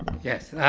yes.